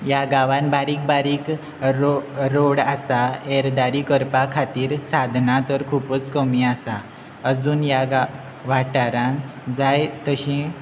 ह्या गांवांत बारीक बारीक रो रोड आसा एरादारी करपा खातीर साधनां तर खुबूच कमी आसा अजून ह्या गा वाठारांत जाय तशी